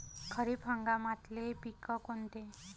खरीप हंगामातले पिकं कोनते?